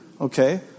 Okay